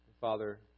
Father